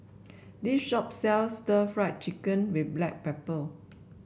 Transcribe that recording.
this shop sells stir Fry Chicken with Black Pepper